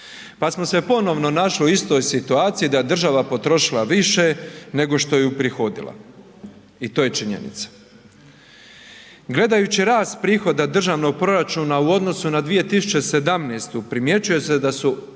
Pa smo se ponovno našli u istoj situaciji da je država potrošila više nego što je uprihodila i to je činjenica. Gledajući rast prihoda državnog proračuna u odnosu na 2017. primjećuje se da su